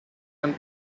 and